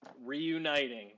reuniting